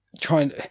trying